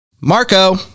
Marco